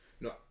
no